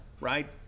right